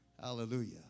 Hallelujah